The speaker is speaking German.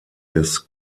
des